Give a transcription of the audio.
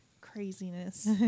craziness